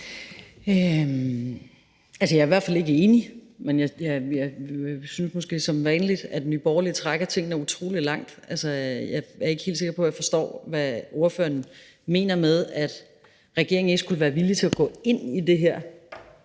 Jeg er i hvert fald ikke enig, men jeg synes måske som vanligt, at Nye Borgerlige trækker tingene utrolig langt. Jeg er ikke helt sikker på, at jeg forstår, hvad ordføreren mener med, at regeringen ikke skulle være villig til at gå ind i det her.